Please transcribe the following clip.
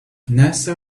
nasa